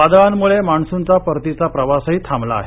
वादळांमुळे मान्सूनचा परतीचा प्रवासही थाबला आहे